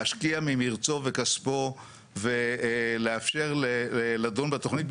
להשקיע ממרצו וכספו ולאפשר לדון בתוכנית.